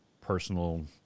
personal